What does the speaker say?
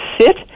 sit